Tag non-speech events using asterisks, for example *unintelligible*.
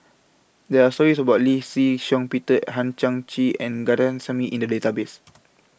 There Are stories about Lee Shih Shiong Peter Hang Chang Chieh and *unintelligible* in The Database